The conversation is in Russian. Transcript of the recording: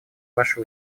ваши